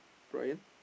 Bryan